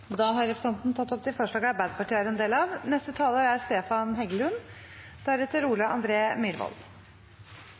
Da har representanten Ruth Grung tatt opp det forslaget som Arbeiderpartiet er en del av.